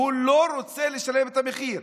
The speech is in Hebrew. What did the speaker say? הוא לא רוצה לשלם את המחיר.